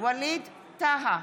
ווליד טאהא,